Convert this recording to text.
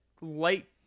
light